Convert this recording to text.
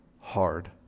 hard